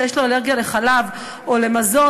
שיש לו אלרגיה לחלב או למזון,